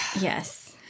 Yes